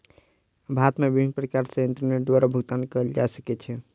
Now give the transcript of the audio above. भारत मे विभिन्न प्रकार सॅ इंटरनेट द्वारा भुगतान कयल जा सकै छै